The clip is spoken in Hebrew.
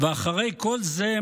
ואחרי כל זה,